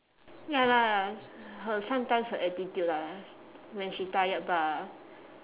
ya lah her sometimes her attitude lah when she tired bah